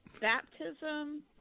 baptism